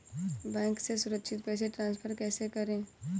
Bank से सुरक्षित पैसे ट्रांसफर कैसे करें?